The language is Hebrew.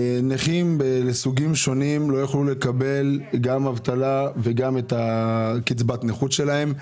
נכים לסוגים שונים לא יוכלו לקבל גם אבטלה וגם את קצבת הנכות שלהם.